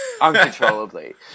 uncontrollably